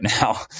now